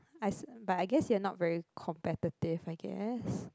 I s~ but I guess you're not very competitive I guess